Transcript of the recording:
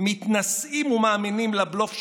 מתנשאים ומאמינים לבלוף שלכם.